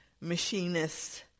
machinists